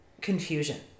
confusion